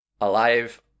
alive